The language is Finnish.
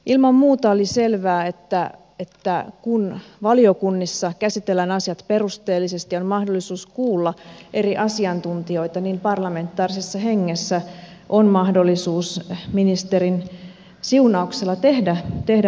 ilman muuta oli selvää että kun valiokunnissa käsitellään asiat perusteellisesti ja on mahdollisuus kuulla eri asiantuntijoita niin parlamentaarisessa hengessä on mahdollisuus ministerin siunauksella tehdä muutoksia